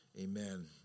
Amen